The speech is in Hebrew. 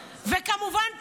וכמובן,